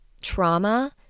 trauma